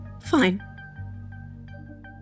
Fine